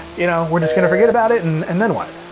you know we're just gonna forget about it and and then what?